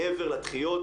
מעבר לדחיות,